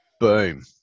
Boom